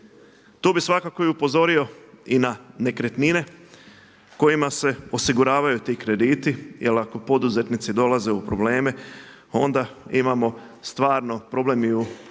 Tu bih svakako i upozorio i na nekretnine kojima se osiguravaju ti krediti, jer ako poduzetnici dolaze u probleme onda imamo stvarno problem i u